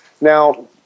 Now